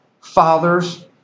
fathers